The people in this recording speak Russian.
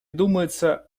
думается